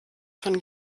von